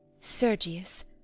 Sergius